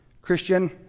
Christian